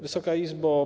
Wysoka Izbo!